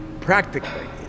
practically